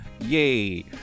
Yay